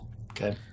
Okay